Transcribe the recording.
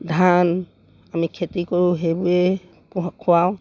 ধান আমি খেতি কৰোঁ সেইবোৰেই খুৱাওঁ